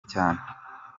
cyane